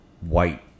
white